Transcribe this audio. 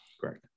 correct